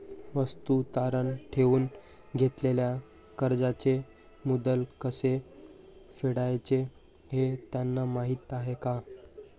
वस्तू तारण ठेवून घेतलेल्या कर्जाचे मुद्दल कसे फेडायचे हे त्यांना माहीत आहे का?